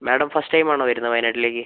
madam first ടൈമാണോ വരുന്നത് വയനാട്ടിലേക്ക്